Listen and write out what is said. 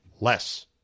less